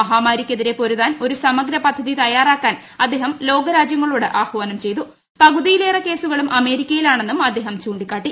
മഹാമാരിക്കെതിരെ പൊരുതാൻ ഒരു സമഗ്ര പദ്ധതി തയ്യാറാക്കാൻ അദ്ദേഹം ലോക രാജ്യങ്ങളോട് ആഹ്വാനം പകുതിയിലേറെ കേസുകളും അമേരിക്കയിലാണെന്നും അദ്ദേഹം ചൂണ്ടിക്കാട്ടി